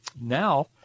Now